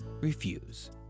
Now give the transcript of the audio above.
refuse